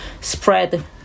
spread